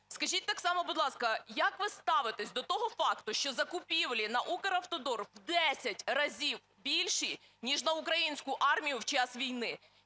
Скажіть так само, будь ласка, як ви ставитеся до того факту, що закупівлі на Укравтодор у 10 разів більші, ніж на українську армію в час війни?